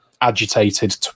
agitated